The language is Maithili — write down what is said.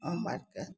आम आरके